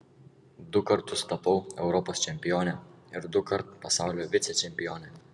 du kartus tapau europos čempione ir dukart pasaulio vicečempione